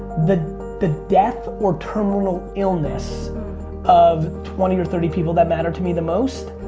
the the death or terminal illness of twenty or thirty people that matter to me the most,